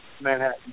Manhattan